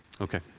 okay